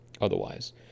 otherwise